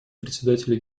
председателя